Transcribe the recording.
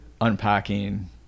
unpacking